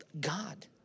God